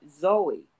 Zoe